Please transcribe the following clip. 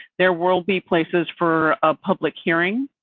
there will be places for a public hearing.